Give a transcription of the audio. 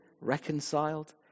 reconciled